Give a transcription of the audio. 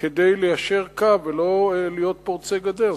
כדי ליישר קו ולא להיות פורצי גדר.